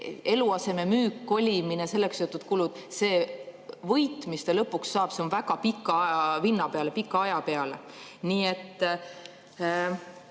eluaseme müük, kolimine, sellega seotud kulud – see võit, mis ta lõpuks saab, on väga pika vinnaga, pika aja peale. Meil on